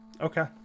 Okay